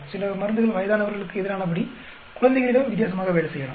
சில மருந்துகள் வயதானவர்களுக்கு எதிரானபடி குழந்தைகளிடம் வித்தியாசமாக வேலை செய்யலாம்